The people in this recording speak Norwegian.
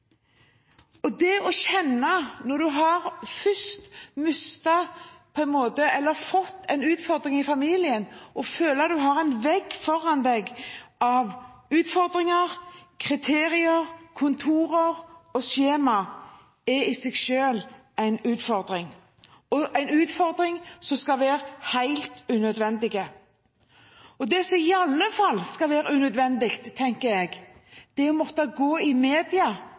kjempe for å få det. Når man først har fått en utfordring i familien, er det en utfordring i seg selv å føle at man har en vegg foran seg av utfordringer, kriterier, kontorer og skjema – en utfordring som bør være helt unødvendig. Det som i alle fall bør være unødvendig, tenker jeg, er å måtte gå til media